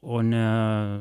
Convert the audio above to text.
o ne